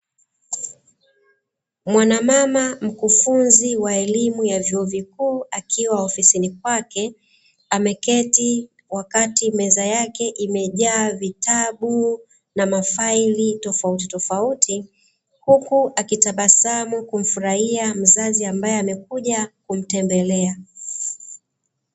Mwanamama mkufunzi wa elimu ya vyuo vikuu akiwa ofisini kwake, ameketi wakati meza yake imejaa vitabu na mafaili tofautitofauti, huku akitabasamau kumfurahia mzazi ambaye amekuja kumtembelea.